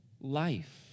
life